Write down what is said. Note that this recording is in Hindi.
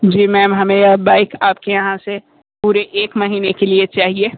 जी मैम हमें यह बाइक आपके यहाँ से पूरे एक महीने के लिए चाहिए